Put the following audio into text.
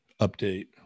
update